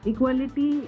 Equality